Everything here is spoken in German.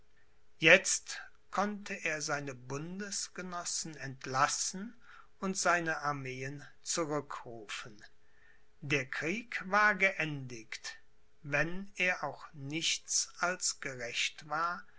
jetzt konnte er seine bundesgenossen entlassen und seine armeen zurückrufen der krieg war geendigt wenn er auch nichts als gerecht war